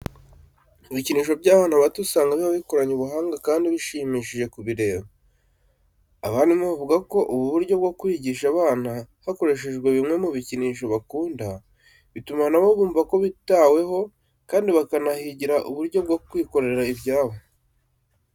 Ibikinisho by'abana bato usanga biba bikoranye ubuhanga kandi bishimishije kubireba. Abarimu bavuga ko ubu buryo bwo kwigisha aba bana hakoreshejwe bimwe mu bikinisho bakunda, bituma na bo bumva ko bitaweho kandi bakanahigira uburyo bwo kwikorera ibyabo.